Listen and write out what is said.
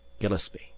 Gillespie